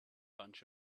bunch